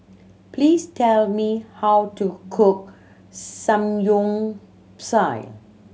please tell me how to cook Samgyeopsal